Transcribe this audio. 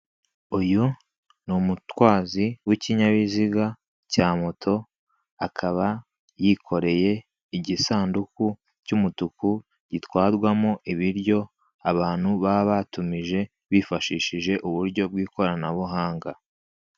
Uyu ni umutwazi w'ikinyabiziga cya moto, akaba yikoreye igisanduku cy'umutuku, gitwarwamo ibiryo abantu baba batumije bifashishije uburyo bw'ikoranabuhanga.